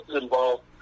involved